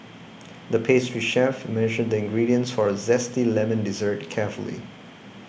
the pastry chef measured the ingredients for a Zesty Lemon Dessert carefully